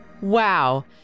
Wow